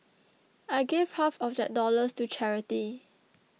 I gave half of that dollars to charity